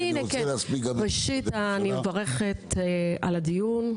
אני מברכת על הדיון,